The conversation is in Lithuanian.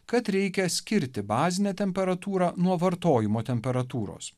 kad reikia skirti bazinę temperatūrą nuo vartojimo temperatūros